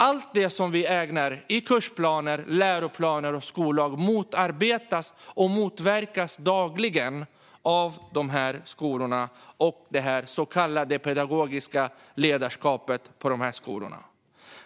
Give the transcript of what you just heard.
Allt det som vi anger i kursplaner, läroplaner och skollag motarbetas och motverkas dagligen av dessa skolor och det så kallade pedagogiska ledarskapet på de skolorna.